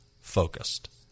Focused